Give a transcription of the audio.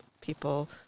people